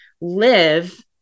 live